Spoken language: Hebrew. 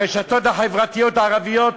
הרשתות החברתיות הערביות